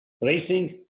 racing